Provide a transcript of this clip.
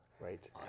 Right